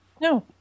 No